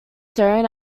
staring